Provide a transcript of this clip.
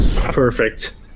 perfect